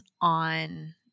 on